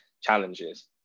challenges